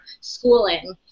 schooling